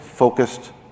focused